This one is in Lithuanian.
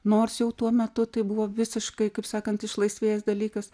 nors jau tuo metu tai buvo visiškai kaip sakant išlaisvėjęs dalykas